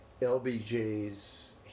LBJ's